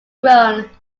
grown